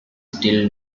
still